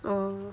orh